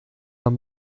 man